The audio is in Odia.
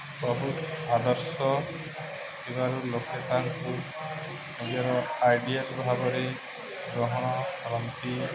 ବହୁତ ଆଦର୍ଶ ଥିବାରୁ ଲୋକେ ତାଙ୍କୁ ନିଜ ଆଇଡ଼ିଏଲ୍ ଭାବରେ ଗ୍ରହଣ କରନ୍ତି